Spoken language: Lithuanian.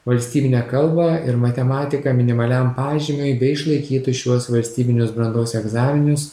valstybinę kalbą ir matematiką minimaliam pažymiui bei išlaikytų šiuos valstybinius brandos egzaminus